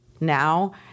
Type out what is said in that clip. now